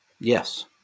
Yes